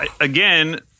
Again